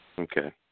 Okay